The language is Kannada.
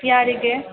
ಯಾರಿಗೆ